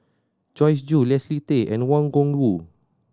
Joyce Jue Leslie Tay and Wang Gungwu